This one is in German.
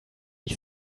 ich